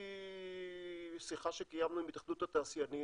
לפי שיחה שקיימנו עם התאחדות התעשיינים